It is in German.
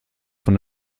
von